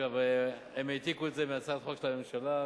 הם העתיקו את זה מהצעת חוק של הממשלה,